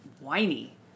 whiny